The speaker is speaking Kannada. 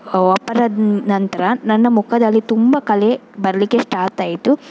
ವಾಪರದ್ ನಂತರ ನನ್ನ ಮುಖದಲ್ಲಿ ತುಂಬ ಕಲೆ ಬರಲಿಕ್ಕೆ ಸ್ಟಾರ್ಟ್ ಆಯಿತು